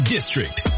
District